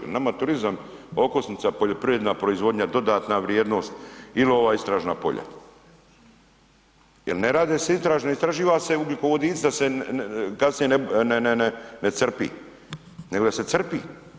Jer nama turizam okosnica poljoprivredna proizvodnja, dodatna vrijednost il ova istražna polja, jer ne rade se, ne istraživa se ugljikovodici da se kasnije ne crpi, nego da se crpi.